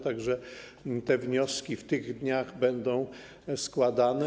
Tak że te wnioski w tych dniach będą składane.